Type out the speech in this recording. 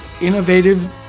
innovative